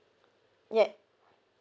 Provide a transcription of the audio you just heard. yup